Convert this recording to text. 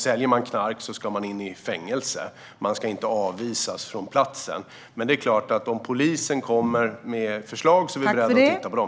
Säljer man knark ska man in i fängelse; man ska inte avvisas från platsen. Men det är klart att om polisen kommer med förslag är vi beredda att titta på dem.